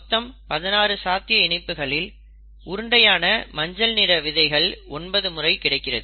மொத்தம் 16 சாத்திய இணைப்புகளில் உருண்டையான மஞ்சள் நிற விதைகள் 9 முறை கிடைக்கிறது